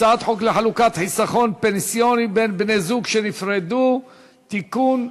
הצעת חוק לחלוקת חיסכון פנסיוני בין בני-זוג שנפרדו (תיקון),